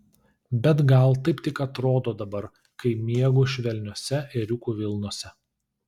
bet gal taip tik atrodo dabar kai miegu švelniose ėriukų vilnose